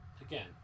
Again